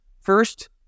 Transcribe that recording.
First